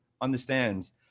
understands